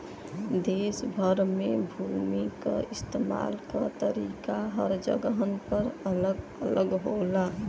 देस भर में भूमि क इस्तेमाल क तरीका हर जगहन पर अलग अलग होला